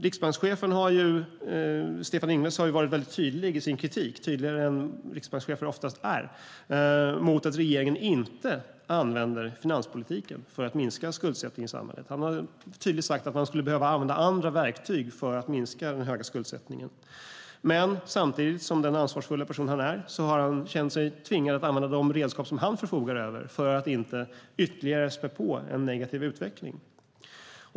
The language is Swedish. Riksbankschefen Stefan Ingves har varit mycket tydlig i sin kritik, tydligare än riksbankschefer brukar vara, av att regeringen inte använder finanspolitiken för att minska skuldsättningen i samhället. Han har tydligt sagt att man skulle behöva använda andra verktyg för att minska den höga skuldsättningen. Men som den ansvarsfulla person han är har han känt sig tvingad att använda de redskap som han förfogar över för att inte ytterligare späda på en negativ utveckling.